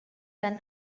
than